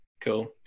Cool